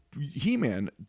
He-Man